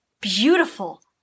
beautiful